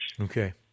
Okay